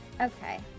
Okay